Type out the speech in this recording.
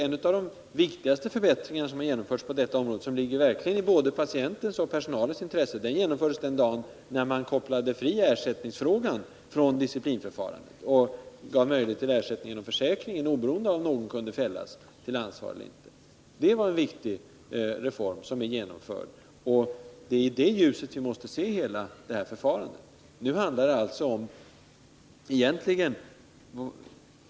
En av de viktigaste förbättringarna, som ligger i både patienternas och personalens intresse, genomfördes den dagen då man kopplade fri ersättningsfrågan från disciplinförfarandet och gav möjlighet till ersättning genom försäkring, oberoende av om någon kunde fällas till ansvar eller inte. Det var en viktig reform, och det är i det ljuset vi måste se hela disciplinförfarandet.